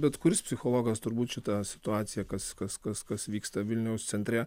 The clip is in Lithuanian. bet kuris psichologas turbūt šitą situaciją kas kas kas kas vyksta vilniaus centre